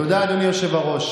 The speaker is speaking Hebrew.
תודה, אדוני היושב-ראש.